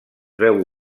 veu